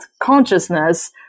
consciousness